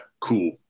Cool